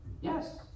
Yes